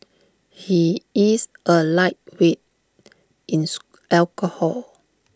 he is A lightweight in alcohol